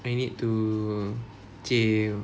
I need to chill